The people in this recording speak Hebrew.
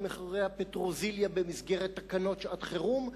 מחירי הפטרוזיליה במסגרת תקנות שעת-חירום,